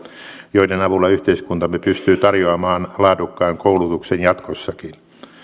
joiden avulla yhteiskuntamme pystyy tarjoamaan laadukkaan koulutuksen jatkossakin